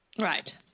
Right